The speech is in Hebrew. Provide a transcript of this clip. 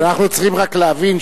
אנחנו צריכים רק להבין,